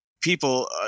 people